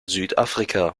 südafrika